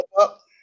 up